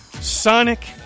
Sonic